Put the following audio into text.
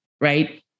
right